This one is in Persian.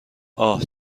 اَه